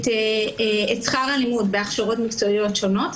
את שכר הלימוד בהכשרות מקצועיות שונות.